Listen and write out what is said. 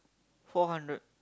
four hundred